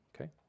okay